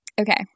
Okay